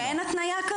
שאין התניה כזאת.